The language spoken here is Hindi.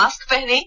मास्क पहनें